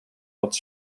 pod